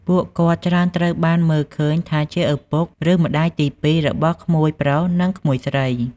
ពួកគាត់ច្រើនត្រូវបានមើលឃើញថាជាឪពុក ឬម្តាយទីពីររបស់ក្មួយប្រុស និងក្មួយស្រី។